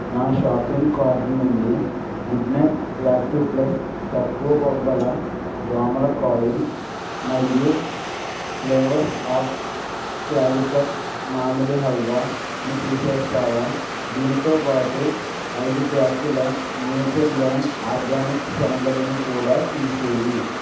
నా shopping cart నుండి good night active plus తక్కువ పొగ గల దోమల కాయిల్ మరియు ఫ్లేవర్స్ ఆఫ్ క్యాలికట్ మామిడి హల్వాని తీసేస్తావా దీనితో పాటు ఐదు ప్యాకుల నేచర్ల్యాండ్ ఆర్గానిక్స్ శనగలుని కూడా తీసేయి